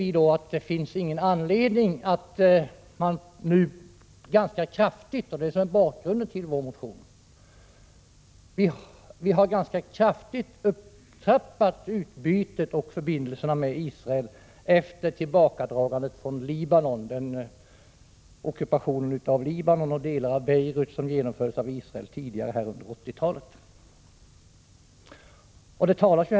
Vi anser att det då inte finns anledning att nu ganska kraftigt — detta är bakgrunden till vår motion — upptrappa Sveriges utbyte med och Sveriges förbindelser med Israel efter upphörandet av ockupationen av Libanon och delar av Beirut, som genomfördes av Israel tidigare under 1980-talet.